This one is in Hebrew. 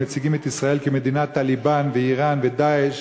ומציגים את ישראל כמדינת "טליבאן" ואיראן ו"דאעש"